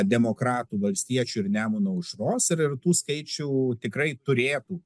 demokratų valstiečių ir nemuno aušros ir ir tų skaičių tikrai turėtų